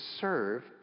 serve